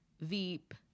Veep